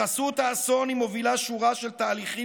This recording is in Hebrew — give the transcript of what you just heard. בחסות האסון היא מובילה שורה של תהליכים